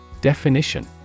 Definition